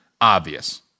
obvious